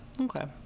Okay